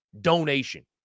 donation